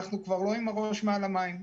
אנחנו כבר לא עם הראש מעל המים,